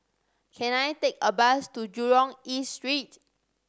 can I take a bus to Jurong East Street